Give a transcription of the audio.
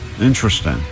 Interesting